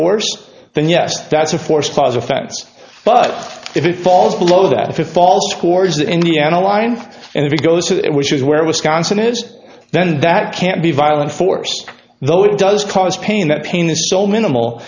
force then yes that's a forced plaza facts but if it falls below that if it falls scores that indiana line and if it goes to it which is where wisconsin is then that can't be violent force though it does cause pain that pain is so minimal